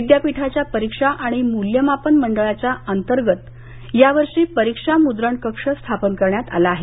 विद्यापीठाच्या परीक्षा आणि मूल्यमापन मंडळाच्या अंतर्गत यावर्षी परीक्षा मूद्रण कक्ष स्थापन करण्यात आला आहे